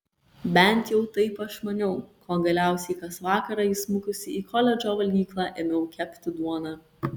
bent jau taip aš maniau kol galiausiai kas vakarą įsmukusi į koledžo valgyklą ėmiau kepti duoną